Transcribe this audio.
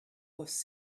was